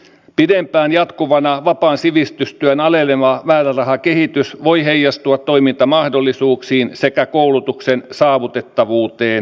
pidempään jatkuvana vapaan sivistystyön aleneva määrärahakehitys voi heijastua toimintamahdollisuuksiin sekä koulutuksen saavutettavuuteen kielteisesti